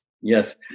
Yes